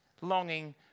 longing